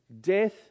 death